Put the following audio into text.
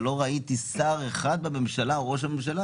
אבל לא ראיתי שר אחד בממשלה או את ראש הממשלה,